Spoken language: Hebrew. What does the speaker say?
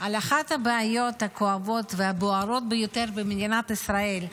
על אחת הבעיות הכואבות והבוערות ביותר במדינת ישראל,